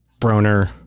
Broner